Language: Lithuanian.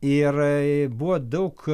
ir buvo daug